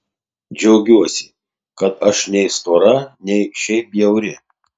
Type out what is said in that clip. džiaugiuosi kad aš nei stora nei šiaip bjauri